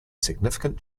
significant